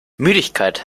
müdigkeit